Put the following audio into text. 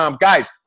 guys